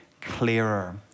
clearer